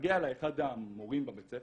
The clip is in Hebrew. מגיע אליי אחד המורים בבית ספר,